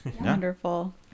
Wonderful